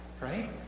right